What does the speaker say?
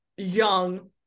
Young